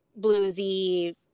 bluesy